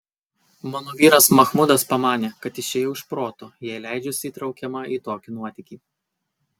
mano vyras machmudas pamanė kad išėjau iš proto jei leidžiuosi įtraukiama į tokį nuotykį